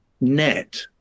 net